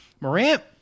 Morant